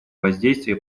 воздействия